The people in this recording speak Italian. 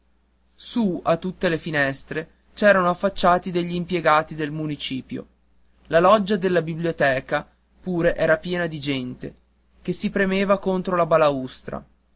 su a tutte le finestre c'erano affacciati degli impiegati del municipio la loggia della biblioteca pure era piena di gente che si premeva contro la balaustrata